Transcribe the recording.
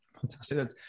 fantastic